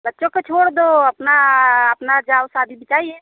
बच्चों को छोड़ दो अपना अपना जाओ शादी बिताइए